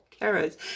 carrots